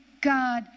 God